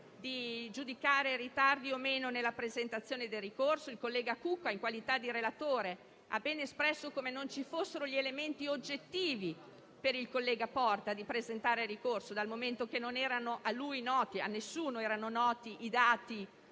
di giudicare ritardi o meno nella presentazione del ricorso. Il collega Cucca, in qualità di relatore, ha ben espresso come non ci fossero gli elementi oggettivi per il collega Porta di presentare ricorso, dal momento che né a lui né a nessuno erano noti i dati